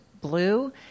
blue